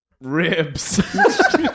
ribs